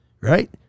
right